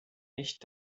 nicht